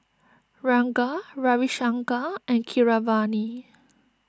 Ranga Ravi Shankar and Keeravani